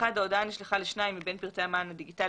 ההודעה נשלחה לשניים מבין פרטי המען הדיגיטלי